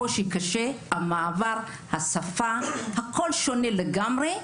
שקשה להן, המעבר, השפה, הכול שונה לגמרי.